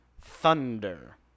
Thunder